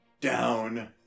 down